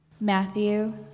Matthew